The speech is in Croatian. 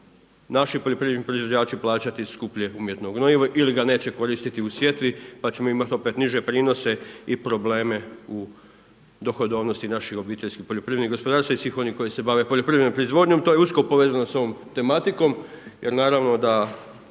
naši poljoprivredni proizvođači plaćati skuplje umjetno gnojivo ili ga neće koristiti u sjetvi pa ćemo imati opet niže prinose i probleme u dohodovnosti naših OPG-ova i svih onih koji se bave poljoprivrednom proizvodnjom. To je usko povezano sa ovom tematikom jer naravno da